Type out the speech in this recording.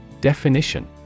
Definition